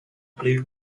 blue